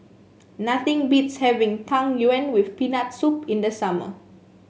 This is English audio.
nothing beats having Tang Yuen with Peanut Soup in the summer